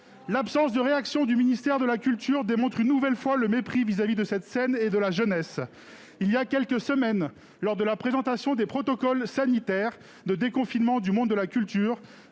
L'absence de réaction du ministère de la culture démontre une nouvelle fois le mépris dans lequel celui-ci tient cette scène et la jeunesse. Il y a quelques semaines, lors de la présentation des protocoles sanitaires de déconfinement du monde de la culture,